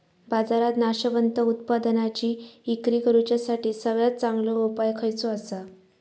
बाजारात नाशवंत उत्पादनांची इक्री करुच्यासाठी सगळ्यात चांगलो उपाय खयचो आसा?